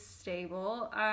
stable